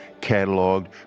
cataloged